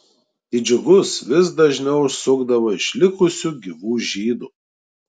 į džiugus vis dažniau užsukdavo išlikusių gyvų žydų